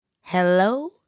Hello